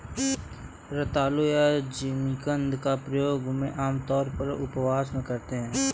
रतालू या जिमीकंद का प्रयोग मैं आमतौर पर उपवास में करती हूँ